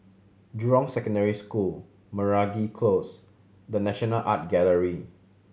Jurong Secondary School Meragi Close The National Art Gallery